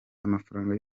amafaranga